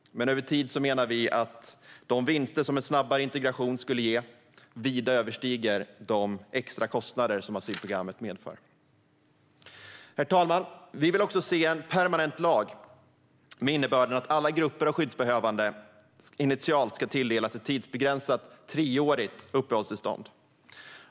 Vi menar att de vinster som en snabbare integration skulle ge över tid vida överstiger de extra kostnader som asylprogrammet medför. Herr talman! Vi vill också se en permanent lag med innebörden att alla grupper av skyddsbehövande initialt ska tilldelas ett tidsbegränsat treårigt uppehållstillstånd.